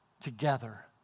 Together